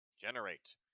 generate